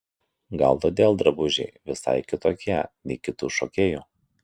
gal todėl drabužiai visai kitokie ne kitų šokėjų